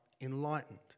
enlightened